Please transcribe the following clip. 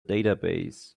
database